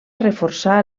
reforçar